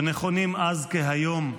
ונכונים אז כהיום: